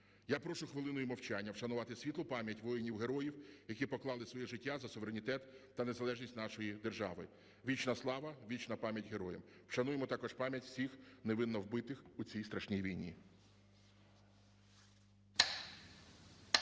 Я прошу хвилиною мовчання вшанувати світлу пам'ять воїнів-героїв, які поклали своє життя за суверенітет та незалежність нашої держави. Вічна слава, вічна пам'ять героям! Вшануємо також пам'ять всіх невинно вбитих у цій страшній війні